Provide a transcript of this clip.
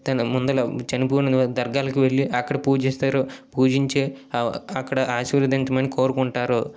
ముందలో చనిపోన దర్గాలకు వెళ్ళి అక్కడ పూజిస్తారు పూజించి అక్కడ ఆశీర్వదించమని కోరుకుంటారు